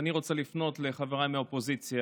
אני רוצה לפנות לחבריי מהאופוזיציה.